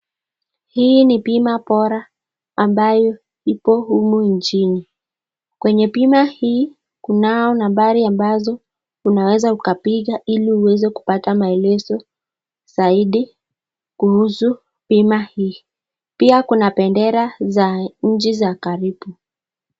Hii ni bima bora ambayo iko humu nchini. Kwenye bima hii kunao nambari ambazo unaweza ukapiga ili uweze kupata maelezo zaidi kuhusu bima hii. Pia kuna bendera za nchi za karibu.